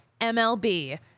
MLB